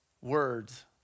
words